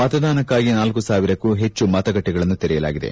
ಮತದಾನಕ್ನಾಗಿ ನಾಲ್ಲು ಸಾವಿರಕ್ಕೂ ಹೆಚ್ಚು ಮತಗಟ್ಲೆಗಳನ್ನು ತೆರೆಯಲಾಗಿದೆ